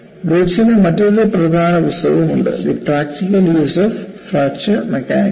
ബ്രൂക്കിന്റെ മറ്റൊരു പ്രധാന പുസ്തകവും ഉണ്ട് "the practical use of fracture mechanics"